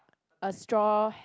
a straw ha~